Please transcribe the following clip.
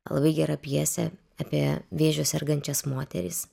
labai gera pjesė apie vėžiu sergančias moteris